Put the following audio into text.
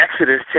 Exodus